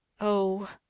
Oh